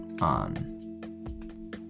on